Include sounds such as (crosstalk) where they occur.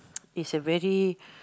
(noise) is a very